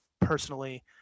personally